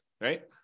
right